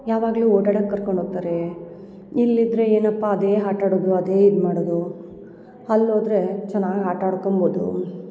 ಯಾವಾಗಲೂ ಓಡಾಡಕ್ಕೆ ಕರ್ಕೊಂಡು ಹೋಗ್ತಾರೇ ಇಲ್ಲಿದ್ದರೆ ಏನಪ್ಪ ಅದೇ ಆಟಾಡೋದು ಅದೇ ಇದು ಮಾಡೋದು ಅಲ್ ಹೋದ್ರೆ ಚೆನ್ನಾಗಿ ಆಟಾಡ್ಕೋಬೋದು